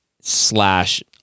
slash